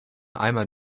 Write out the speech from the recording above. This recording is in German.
einmal